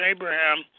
Abraham